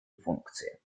функции